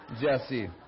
Jesse